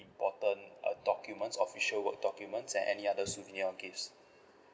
important uh documents official work documents and any other souvenirs or gifts